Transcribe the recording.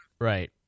right